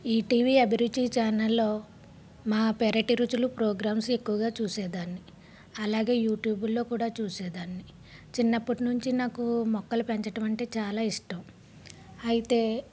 ETV Abhiruchi ఛానల్లో మా పెరటి రుచులు ప్రోగ్రామ్స్ ఎక్కువగా చూసేదాన్ని అలాగే యూట్యూబుల్లో కూడా చూసేదాన్ని చిన్నప్పటినుంచి నాకు మొక్కలు పెంచడం అంటే చాలా ఇష్టం అయితే